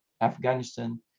afghanistan